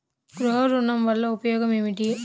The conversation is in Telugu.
గృహ ఋణం వల్ల ఉపయోగం ఏమి?